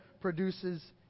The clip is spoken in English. produces